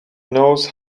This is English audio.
knows